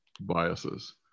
biases